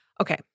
Okay